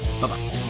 Bye-bye